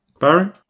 Barry